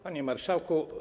Panie Marszałku!